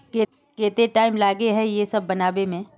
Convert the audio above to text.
केते टाइम लगे है ये सब बनावे में?